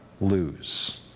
lose